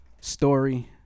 story